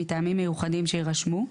מטעמים מיוחדים שיירשמו,